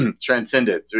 transcended